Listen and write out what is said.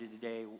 today